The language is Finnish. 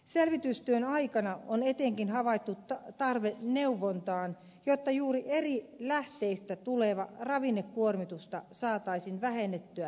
selvitystyön aikana on etenkin havaittu tarve neuvontaan jotta juuri eri lähteistä tulevaa ravinnekuormitusta saataisiin vähennettyä merkittävästi